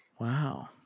Wow